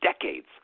decades